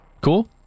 Cool